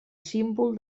símbol